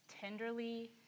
tenderly